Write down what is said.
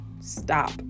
stop